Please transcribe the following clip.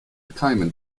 keimen